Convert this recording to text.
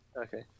okay